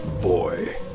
Boy